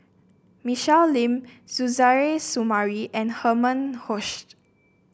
Michelle Lim Suzairhe Sumari and Herman Hochstadt